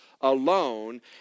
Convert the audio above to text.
alone